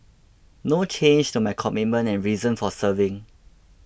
no change to my commitment and reason for serving